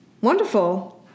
Wonderful